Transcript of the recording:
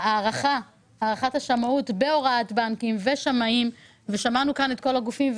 שהערכת השמאות נעשית אחרת בהוראת בנקים ושמאים ושמענו כאן את כל הגופים,